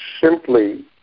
simply